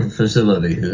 facility